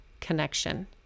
connection